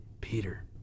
Peter